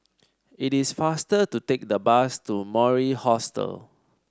it is faster to take the bus to Mori Hostel